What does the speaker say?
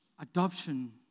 Adoption